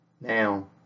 Now